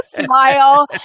smile